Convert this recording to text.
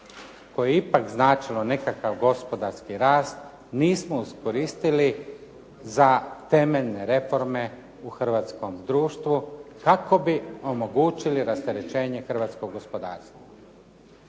koje je ipak značilo nekakav gospodarski rast nismo iskoristili za temeljne reforme u hrvatskom društvu kako bi omogućili rasterećenje hrvatskog gospodarstva.